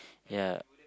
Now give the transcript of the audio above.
ya